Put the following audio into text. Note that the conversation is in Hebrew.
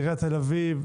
עיריית תל אביב,